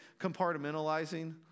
compartmentalizing